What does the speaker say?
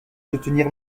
soutenir